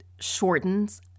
shortens